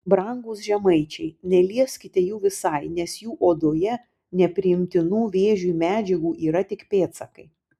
brangūs žemaičiai nelieskite jų visai nes jų odoje nepriimtinų vėžiui medžiagų yra tik pėdsakai